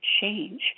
change